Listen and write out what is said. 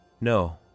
No